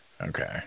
okay